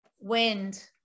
wind